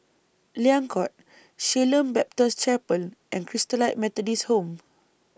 Liang Court Shalom Baptist Chapel and Christalite Methodist Home